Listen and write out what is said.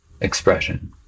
expression